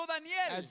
Daniel